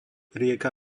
rieka